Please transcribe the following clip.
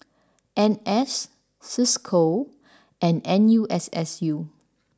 N S Cisco and N U S S U